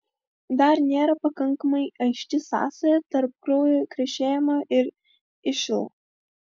dar nėra pakankamai aiški sąsaja tarp kraujo krešėjimo ir išl